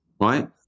right